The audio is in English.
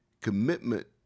commitment –